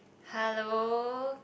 hello